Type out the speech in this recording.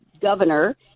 governor